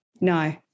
no